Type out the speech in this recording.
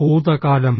ഭൂതകാലം